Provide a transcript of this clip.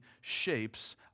shapes